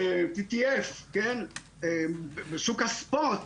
שוק הספוט,